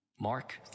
Mark